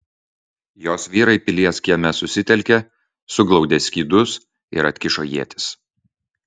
jos vyrai pilies kieme susitelkė suglaudė skydus ir atkišo ietis